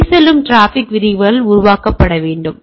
வெளிச்செல்லும் டிராபிக் விதிகள் உருவாக்கப்பட வேண்டும்